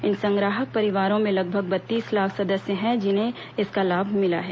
इन संग्राहक परिवारों में लगभग बत्तीस लाख सदस्य हैं जिन्हें इसका लाभ मिला है